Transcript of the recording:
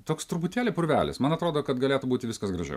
toks truputėlį purvelis man atrodo kad galėtų būti viskas gražiau